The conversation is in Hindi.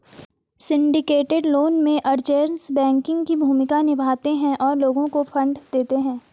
सिंडिकेटेड लोन में, अरेंजर्स बैंकिंग की भूमिका निभाते हैं और लोगों को फंड देते हैं